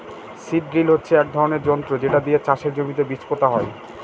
seed drill হচ্ছে এক ধরনের যন্ত্র যেটা দিয়ে চাষের জমিতে বীজ পোতা হয়